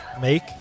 make